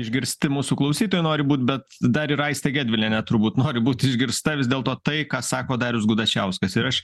išgirsti mūsų klausytojai nori būt bet dar ir aistė gedvilienė turbūt nori būt išgirsta vis dėlto tai ką sako darius gudačiauskas ir aš